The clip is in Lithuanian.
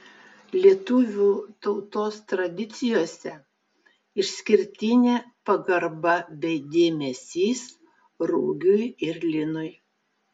lietuvių tautos tradicijose išskirtinė pagarba bei dėmesys rugiui ir linui